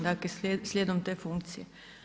Dakle, slijedom te funkcije.